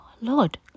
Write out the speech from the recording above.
Lord